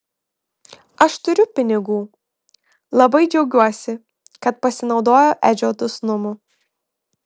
aš turiu pinigų labai džiaugiuosi kad pasinaudojau edžio dosnumu